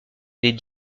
les